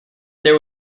there